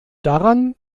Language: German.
daran